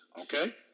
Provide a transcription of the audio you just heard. okay